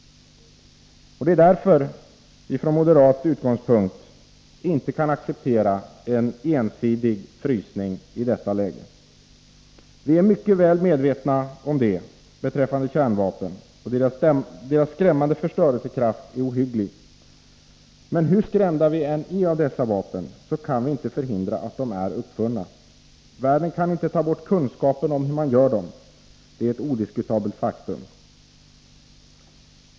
Det är därför som vi från moderat utgångspunkt inte kan acceptera en ensidig frysning i detta läge. Vi är mycket väl medvetna om att kärnvapnens skrämmande förstörelsekraft är ohygglig. Men hur skrämda vi än är av dessa vapen, kan vi inte komma ifrån att de är uppfunna. Det är ett odiskutabelt faktum att världen inte kan ta bort kunskapen om hur man gör dem.